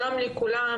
שלום לכולם,